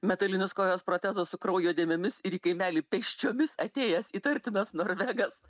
metalinės kojos protezas su kraujo dėmėmis ir į kaimelį pėsčiomis atėjęs įtartinas norvegas